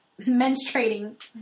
menstruating